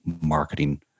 marketing